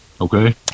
Okay